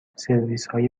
سرویسهای